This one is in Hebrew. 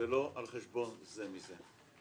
ולא על חשבון זה מזה.